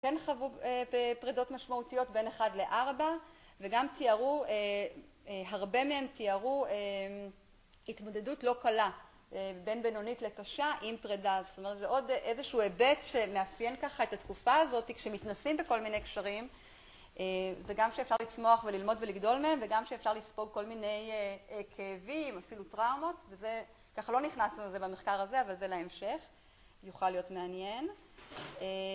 כן חוו בפרדות משמעותיות בין אחת לארבע וגם תיארו הרבה מהם תיארו התמודדות לא קלה בין בינונית לקשה עם פרידה זאת אומרת שעוד איזשהו היבט שמאפיין ככה את התקופה הזאת כשמתנסים בכל מיני קשרים זה גם שאפשר לצמוח וללמוד ולגדול מהם וגם שאפשר לספוג כל מיני כאבים אפילו טראומות וזה ככה לא נכנסנו לזה במחקר הזה אבל זה להמשך יוכל להיות מעניין